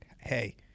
Hey